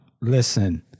Listen